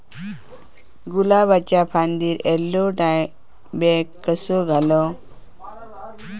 गुलाबाच्या फांदिर एलेलो डायबॅक कसो घालवं?